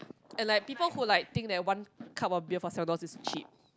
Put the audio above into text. and like people who like think that one cup of beer for seven dollars is cheap